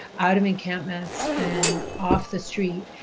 out of encampments and off the street,